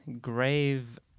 grave